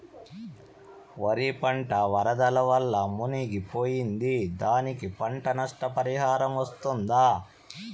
వరి పంట వరదల వల్ల మునిగి పోయింది, దానికి పంట నష్ట పరిహారం వస్తుందా?